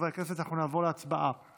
חבר הכנסת אבו שחאדה,